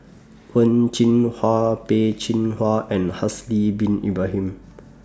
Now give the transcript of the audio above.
Wen Jinhua Peh Chin Hua and Haslir Bin Ibrahim